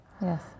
yes